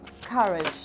courage